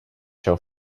show